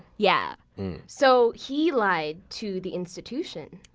yeah so, he lied to the institution